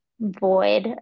void